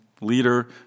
leader